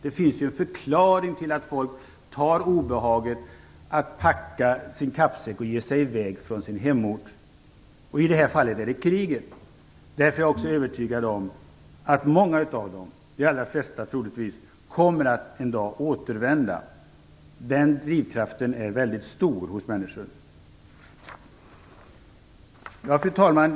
Det finns en förklaring till att folk tar obehaget att packa sin kappsäck och ge sig i väg från sin hemort. I det här fallet är det kriget. Därför är jag också övertygad om att många av dem, de allra flesta, kommer en dag att återvända. Den drivkraften är väldigt stor hos människor. Fru talman!